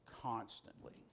constantly